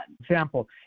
Example